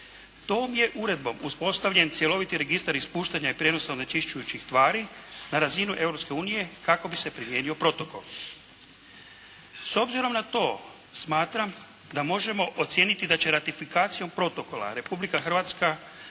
Tom je Uredbom uspostavljen cjeloviti registar ispuštanja i prijenosa onečišćujućih tvari na razinu Europske unije kako bi se primijenio protokol. S obzirom na to smatram da možemo ocijeniti da će ratifikacijom protokola Republika Hrvatska